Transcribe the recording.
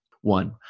One